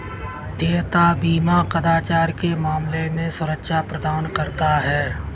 देयता बीमा कदाचार के मामले में सुरक्षा प्रदान करता है